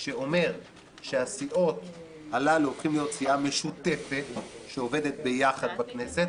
שאומר שהסיעות הללו הופכות להיות סיעה משותפת שעובדת ביחד בכנסת,